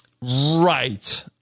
Right